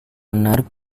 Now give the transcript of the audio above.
menarik